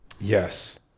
Yes